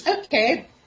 okay